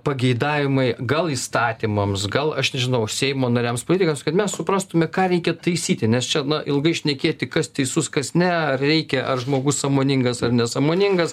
pageidavimai gal įstatymams gal aš nežinau seimo nariams politikams kad mes suprastume ką reikia taisyti nes čia ilgai šnekėti kas teisus kas ne reikia ar žmogus sąmoningas ar nesąmoningas